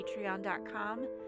patreon.com